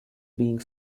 being